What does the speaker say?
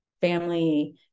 family